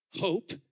Hope